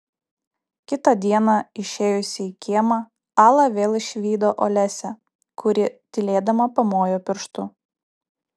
kitą dieną išėjusi į kiemą ala vėl išvydo olesią kuri tylėdama pamojo pirštu